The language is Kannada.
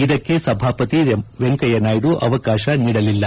ಇದಕ್ಕೆ ಸಭಾಪತಿ ವೆಂಕಯ್ಕನಾಯ್ದು ಅವಕಾಶ ನೀಡಲಿಲ್ಲ